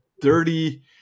dirty